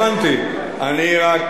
אני רק,